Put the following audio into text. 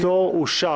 אין הפטור אושר.